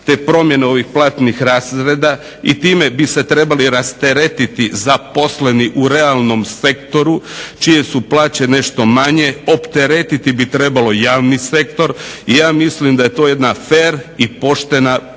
te promjene ovih platnih razreda i time bi se trebali rasteretiti zaposleni u realnom sektoru čije su plaće nešto manje, opteretiti bi trebalo javni sektor i ja mislim da je to jedna fer i poštena